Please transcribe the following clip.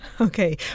Okay